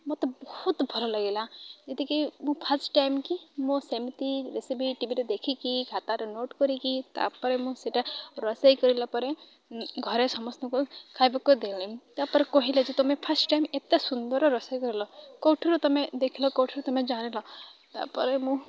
ମୋତେ ବହୁତ ଭଲ ଲାଗିଲା ଯେତିକି ମୁଁ ଫାର୍ଷ୍ଟ ଟାଇମ୍ କି ମୋ ସେମିତି ରେସିପି ଟିଭିରେ ଦେଖିକି ଖାତାରେ ନୋଟ୍ କରିକି ତା'ପରେ ମୁଁ ସେଟା ରୋଷେଇ କରିଲା ପରେ ଘରେ ସମସ୍ତଙ୍କୁ ଖାଇବାକୁ ଦେଲି ତା'ପରେ କହିଲେ ଯେ ତୁମେ ଫାର୍ଷ୍ଟ ଟାଇମ୍ ଏତେ ସୁନ୍ଦର ରୋଷେଇ କରିଲ କେଉଁ ଠାରୁ ତୁମେ ଦେଖିଲ କେଉଁ ଠାରୁ ତୁମେ ଜାଣିଲ ତା'ପରେ ମୁଁ